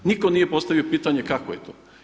Nitko nije postavio pitanje kakvo je to?